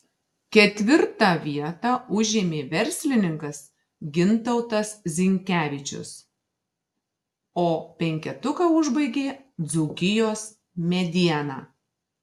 ketvirtą vietą užėmė verslininkas gintautas zinkevičius o penketuką užbaigė dzūkijos mediena